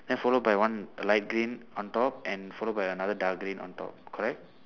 then followed by one a light green on top and followed by another dark green on top correct